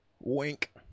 Wink